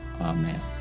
Amen